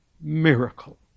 miracle